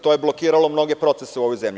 To je blokiralo mnoge procese u ovoj zemlji.